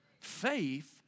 faith